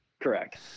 correct